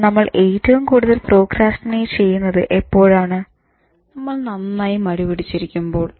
പിന്നെ നമ്മൾ ഏറ്റവും കൂടുതൽ പ്രോക്രാസ്റ്റിനേറ്റ് ചെയ്യുന്നത് എപ്പോഴാണ് നമ്മൾ നന്നായി മടി പിടിച്ചിരിക്കുമ്പോൾ